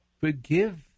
Forgive